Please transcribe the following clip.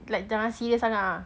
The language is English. like jangan serious sangat ah